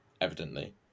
evidently